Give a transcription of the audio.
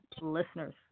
listeners